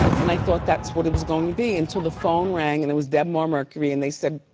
and i thought that's what it was going to be, until the phone rang and it was debmar-mercury, and they said,